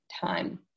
time